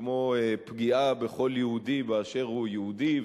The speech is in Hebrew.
כמו פגיעה בכל יהודי באשר הוא יהודי,